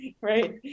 right